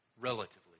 relatively